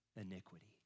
iniquity